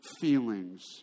feelings